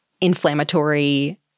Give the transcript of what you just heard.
inflammatory